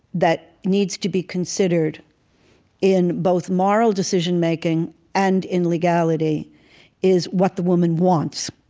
that needs to be considered in both moral decision-making and in legality is what the woman wants.